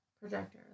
projector